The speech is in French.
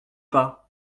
pas